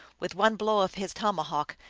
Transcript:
with one blow of his tomahawk,